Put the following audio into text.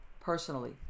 personally